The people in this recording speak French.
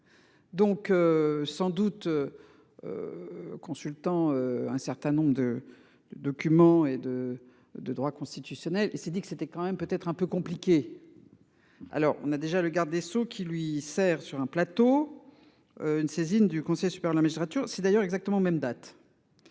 Donc. Sans doute. Consultant un certain nombre de. Documents et de de droit constitutionnel et s'est dit que c'était quand même peut être un peu compliqué. Alors on a déjà le garde des sceaux qui lui sert sur un plateau. Une saisine du Conseil super la magistrature. C'est d'ailleurs exactement aux mêmes dates.